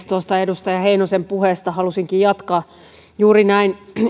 tuosta edustaja heinosen puheesta halusinkin jatkaa juuri näin